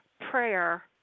prayer